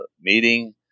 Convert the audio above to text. meeting